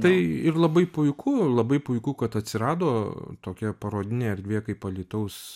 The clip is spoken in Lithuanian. tai ir labai puiku labai puiku kad atsirado tokia parodinė erdvė kaip alytaus